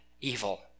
evil